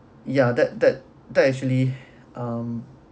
yeah that that that actually um